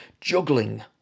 Juggling